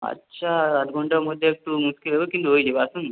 আচ্ছা আধ ঘন্টার মধ্যে একটু মুশকিল হবে কিন্তু হয়ে যাবে আসুন না